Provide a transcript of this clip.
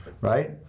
Right